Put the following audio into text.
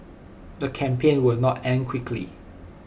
the campaign will not end quickly